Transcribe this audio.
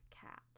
cat